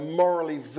morally